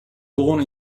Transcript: born